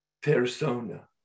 Persona